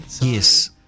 Yes